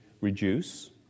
reduce